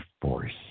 force